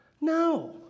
No